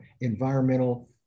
environmental